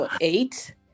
eight